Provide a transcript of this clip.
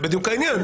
זה בדיוק העניין.